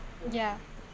ya